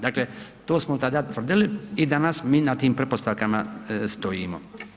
Dakle, to smo tada tvrdili i danas mi na tim pretpostavkama stojimo.